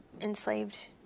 enslaved